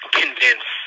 convince